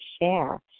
share